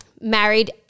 Married